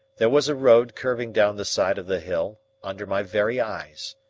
there was a road curving down the side of the hill, under my very eyes.